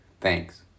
Thanks